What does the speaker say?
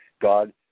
God